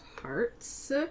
Hearts